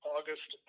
August